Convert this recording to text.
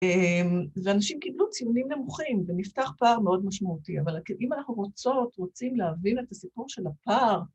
‫ואנשים קיבלו ציונים נמוכים ‫ונפתח פער מאוד משמעותי. ‫אבל אם אנחנו רוצות, ‫רוצים, להבין את הסיפור של הפער...